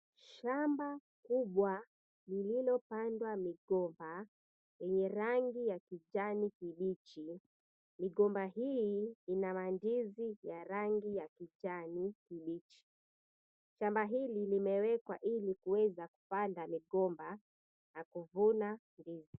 Shamba kubwa lililopandwa migomba yenye rangi ya kijani kibichi migomba hii ina mandizi ya rangi ya kijani kibichi shamba limewekwa ili kuweza kupanda migomba na kuvuna ndizi.